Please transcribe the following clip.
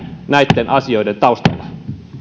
näitten asioiden taustalla